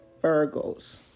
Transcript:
Virgos